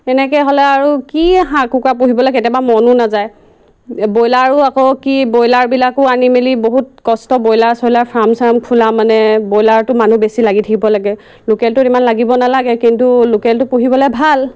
এনেকৈ হ'লে আৰু কি হাঁহ কুকুৰা পুহিবলৈ কেতিয়াবা মনো নাযায় ব্ৰইলাৰো আকৌ কি ব্ৰইলাৰবিলাকো আনি মেলি বহুত কষ্ট বইলাৰ চয়লাৰ ফাৰ্ম চাৰ্ম খোলা মানে ব্ৰইলাৰটো মানুহ বেছি লাগি থাকিব লাগে লোকেলটোত ইমান লাগিব নালাগে কিন্তু লোকেলটো পুহিবলৈ ভাল